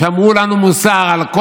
שאמרו לנו מוסר על כל